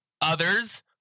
Others